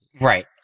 Right